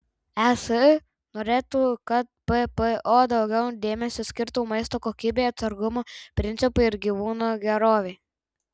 es norėtų kad ppo daugiau dėmesio skirtų maisto kokybei atsargumo principui ir gyvūnų gerovei